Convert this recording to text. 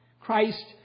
Christ